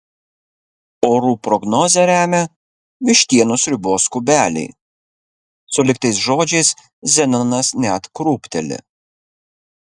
orų prognozę remia vištienos sriubos kubeliai sulig tais žodžiais zenonas net krūpteli